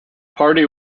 party